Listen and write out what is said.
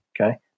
Okay